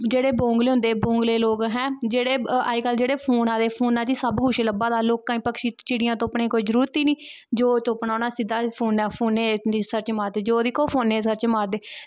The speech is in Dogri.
जेह्ड़े बगले होंदे बगले असैं अज्जकल जेह्ड़े फोन आदे फोना च गै सब् किश लब्भा दा लोकां पक्षी चिड़ियां तुप्पनें दी कोई जरूरत गै नेंई जो तुप्पनां उनैं सिध्दा फोनें सर्च मारदे जो दिक्खो फोनें सर्च मारदे